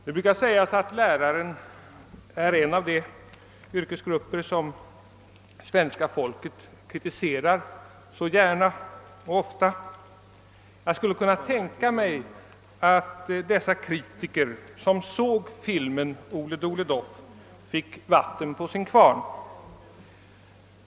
Det brukar sägas att läraren tillhör den yrkesgrupp som svenska folket kritiserar gärna och ofta. Jag skulle kunna tänka mig att dessa kritiker, som såg filmen »Ole Dole Doff«, fick vatten på sin kvarn.